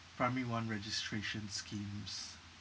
primary one registration schemes